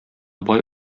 бай